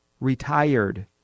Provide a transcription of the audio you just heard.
retired